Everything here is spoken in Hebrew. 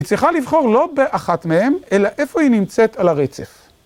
היא צריכה לבחור לא באחת מהן, אלא איפה היא נמצאת על הרצף.